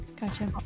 gotcha